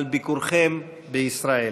על ביקורכם בישראל.